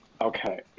Okay